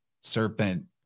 serpent